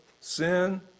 sin